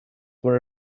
were